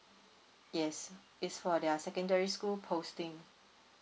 yes it's for their secondary school posting